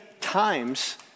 times